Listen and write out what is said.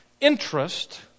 interest